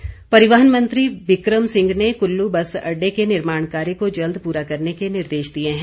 निर्देश परिवहन मंत्री बिक्रम सिंह ने कुल्लू बस अड्डे के निर्माण कार्य को जल्द पूरा करने के निर्देश दिए हैं